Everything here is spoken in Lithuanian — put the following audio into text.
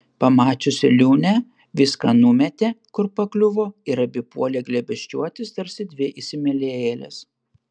pamačiusi liūnę viską numetė kur pakliuvo ir abi puolė glėbesčiuotis tarsi dvi įsimylėjėlės